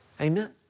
Amen